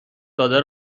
داده